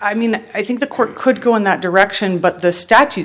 i mean i think the court could go in that direction but the statu